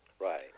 Right